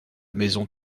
maison